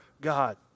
God